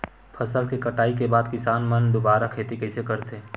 फसल के कटाई के बाद किसान मन दुबारा खेती कइसे करथे?